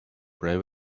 play